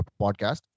podcast